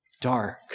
dark